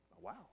wow